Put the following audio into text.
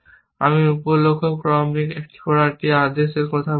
আমি উপ লক্ষ্য ক্রমিক করার একটি আদেশের কথা বলছি